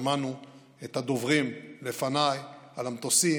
שמענו את הדוברים לפניי על המטוסים,